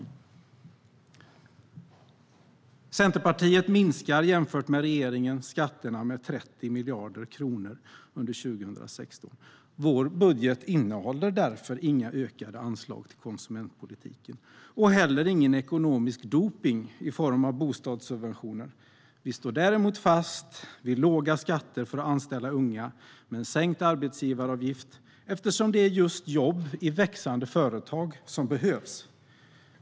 Jämfört med regeringen minskar Centerpartiet skatterna med 30 miljarder kronor under 2016. Vår budget innehåller därför inga ökade anslag till konsumentpolitiken och heller ingen ekonomisk dopning i form av bostadssubventioner. Vi står däremot fast vid låga skatter för att anställa unga, med en sänkt arbetsgivaravgift, eftersom det är just jobb i växande företag som behövs.